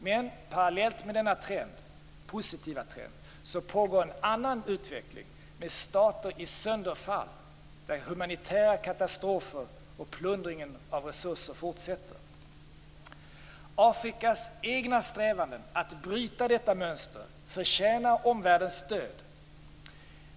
Men parallellt med denna positiva trend pågår en annan utveckling med stater i sönderfall, där humanitära katastrofer och plundringen av resurser fortsätter. Afrikas egna strävanden att bryta detta mönster förtjänar omvärldens stöd.